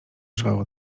żwawo